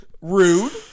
Rude